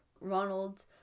Ronald